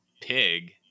Pig